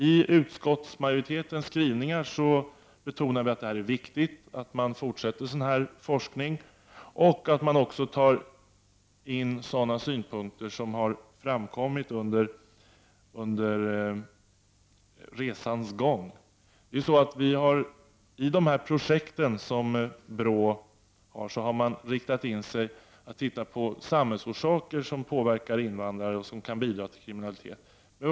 I utskottsmajoritetens skrivningar betonas att det är viktigt att fortsätta med sådan forskning och att hänsyn skall tas till synpunkter som har framkommit under resans gång. BRÅ har i sina projekt inriktat sig på att studera händelser i samhället som påverkar invandrare och kan bidra till kriminalitet.